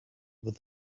with